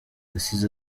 yasize